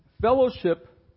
fellowship